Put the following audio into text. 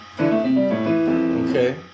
Okay